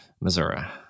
Missouri